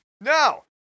No